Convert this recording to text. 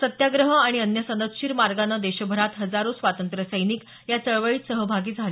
सत्याग्रह आणि अन्य सनदशीर मार्गाने देशभरात हजारो स्वातंत्र्य सैनिक या चळवळीत सहभागी झाले